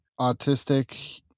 autistic